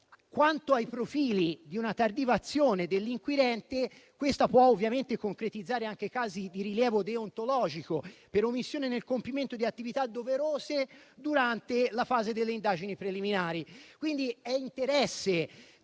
quanto a profili di tardiva azione dell'inquirente, si possono ovviamente concretizzare anche casi di rilievo deontologico, per omissione nel compimento di attività doverose durante la fase delle indagini preliminari.